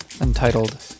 entitled